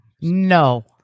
No